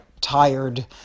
tired